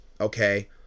okay